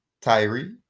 Tyree